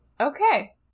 Okay